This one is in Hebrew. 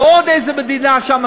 ועוד איזו מדינה שם,